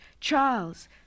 Charles